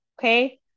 okay